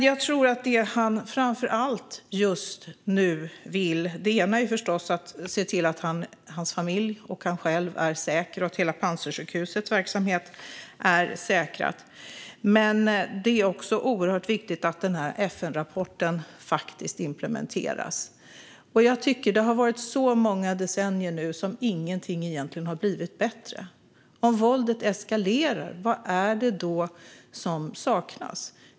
Jag tror att det han framför allt vill just nu är att se till att hans familj och han själv är säkra och att hela Panzisjukhusets verksamhet är säkrad. Det är också oerhört viktigt att denna FN-rapport faktiskt implementeras. Det har gått så många decennier nu utan att någonting egentligen har blivit bättre. Om våldet eskalerar, vad är det då som saknas?